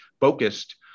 focused